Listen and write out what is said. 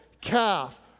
calf